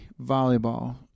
volleyball